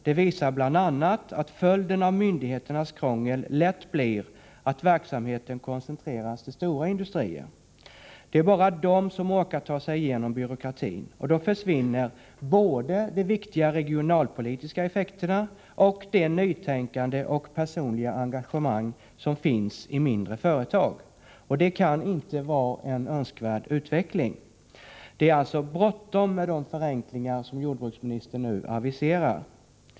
Det visar bl.a. att följden av myndigheternas krångel lätt blir att verksamheten koncentreras till stora industrier. Det är bara de som orkar ta sig igenom byråkratin. Då försvinner de viktiga regionalpolitiska effekterna liksom det nytänkande och det personliga engagemang som finns i mindre företag. Det kan inte vara en önskvärd utveckling. Det är alltså bråttom med de förenklingar som jordbruksministern nu aviserar.